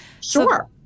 Sure